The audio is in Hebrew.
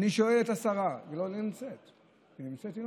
אני שואל את השרה, היא לא נמצאת.